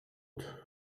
what